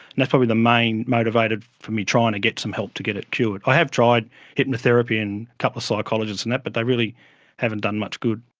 that's probably the main motivator for me tried to get some help to get it cured. i have tried hypnotherapy and a couple of psychologists, and but they really haven't done much good.